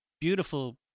beautiful